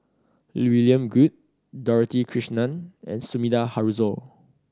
William Goode Dorothy Krishnan and Sumida Haruzo